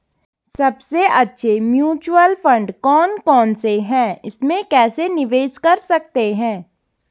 सबसे अच्छे mutual fund कौन कौनसे हैं इसमें कैसे निवेश कर सकते हैं?